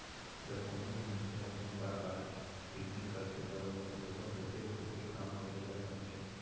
जब कोनों भी मनसे ह कोनों परकार के बिजनेस करथे त ओला बरोबर सचेत होके काम करे बर परथे